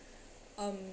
um